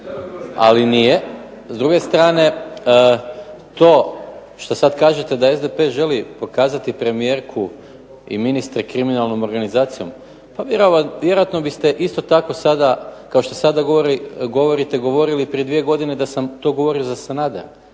ali nije. S druge strane to što sad kažete da SDP želi pokazati premijerku i ministre kriminalnom organizacijom, pa vjerojatno biste isto tako sada kao što sada govorite govorili prije dvije godine da sam to govorio za Sanadera,